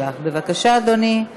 לענייני ביטחון לאומי (תיקוני חקיקה),